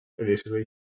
Initially